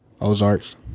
Ozarks